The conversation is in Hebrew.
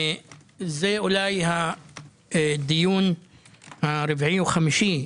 זה אולי הדיון הרביעי או החמישי,